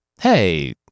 Hey